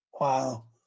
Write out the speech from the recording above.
Wow